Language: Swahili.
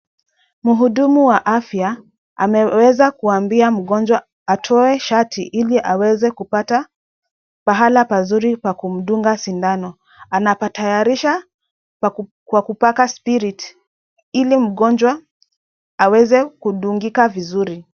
Mhudumu wa afya ameweza kuambia mgonjwa atoe shati ili aweze kupata pahala pazuri pa kumdunga sindano . Anapatayarisha kwa kupaka spirit ili mgonjwa aweze kudungika vizuri.